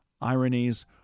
ironies